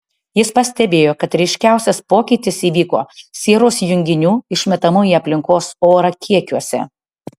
jis pastebėjo kad ryškiausias pokytis įvyko sieros junginių išmetamų į aplinkos orą kiekiuose